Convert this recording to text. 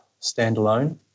standalone